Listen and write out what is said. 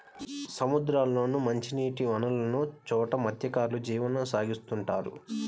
సముద్రాల్లోనూ, మంచినీటి వనరులున్న చోట మత్స్యకారులు జీవనం సాగిత్తుంటారు